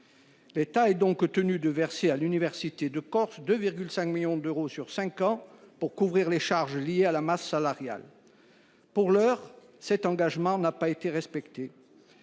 L’État est donc tenu de verser à l’université de Corse 2,5 millions d’euros sur cinq ans pour couvrir les charges liées à la masse salariale. Pour l’heure, cet engagement n’a pas été respecté.